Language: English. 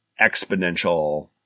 exponential